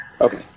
Okay